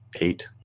eight